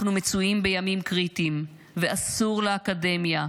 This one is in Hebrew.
אנחנו מצויים בימים קריטיים, ואסור לאקדמיה,